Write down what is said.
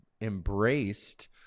embraced